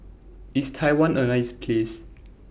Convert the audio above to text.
IS Taiwan A nice Place